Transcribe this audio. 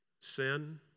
Sin